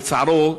לצערו,